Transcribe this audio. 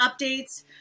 updates